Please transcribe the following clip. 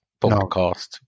podcast